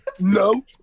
No